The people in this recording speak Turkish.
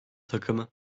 takımı